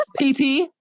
PP